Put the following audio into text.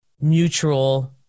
mutual